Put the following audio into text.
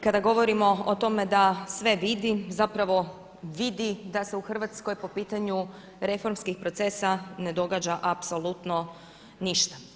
Kada govorimo o tome da sve vidi, zapravo vidi da se u RH po pitanju reformskih procesa ne događa apsolutno ništa.